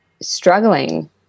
struggling